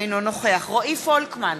אינו נוכח רועי פולקמן,